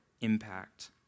impact